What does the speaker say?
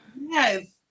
Yes